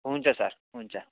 हुन्छ सर हुन्छ